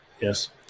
Yes